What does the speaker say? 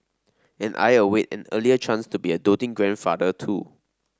and I await an earlier chance to be a doting grandfather too